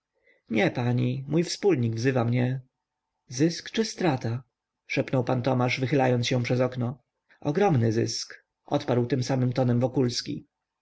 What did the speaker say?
nie pani mój wspólnik wzywa mnie zysk czy strata szepnął pan tomasz wychylając się przez okno ogromny zysk odparł tym samym tonem